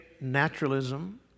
naturalism